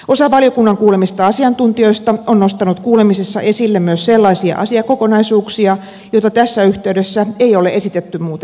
osa valiokunnan kuulemista asiantuntijoista on nostanut kuulemisissa esille myös sellaisia asiakokonaisuuksia joita tässä yhteydessä ei ole esitetty muutettaviksi